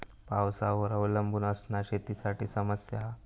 पावसावर अवलंबून असना शेतीसाठी समस्या हा